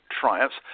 triumphs